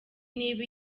niba